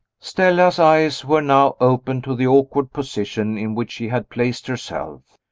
stella's eyes were now open to the awkward position in which she had placed herself.